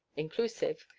inclusive,